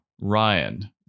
Ryan